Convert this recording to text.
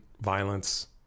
violence